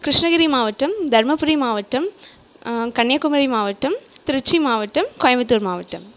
கிருஷ்ணகிரி மாவட்டம் தருமபுரி மாவட்டம் கன்னியாகுமரி மாவட்டம் திருச்சி மாவட்டம் கோயம்புத்தூர் மாவட்டம்